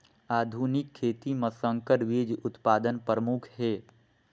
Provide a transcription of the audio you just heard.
आधुनिक खेती म संकर बीज उत्पादन प्रमुख हे